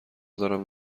دارم